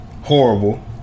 horrible